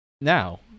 now